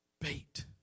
bait